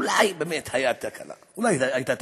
אולי באמת הייתה תקלה, אולי הייתה תקלה,